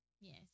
Yes